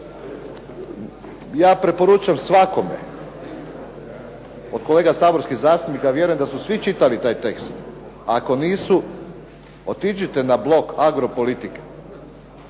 Ja preporučam svakome od kolega saborskih zastupnika, a vjerujem da su svi čitali taj tekst. Ako nisu, otiđite na bolog agropolitike,